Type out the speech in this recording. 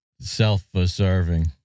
self-serving